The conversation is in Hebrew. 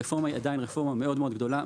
רפורמה היא עדיין מאוד מאוד גדולה,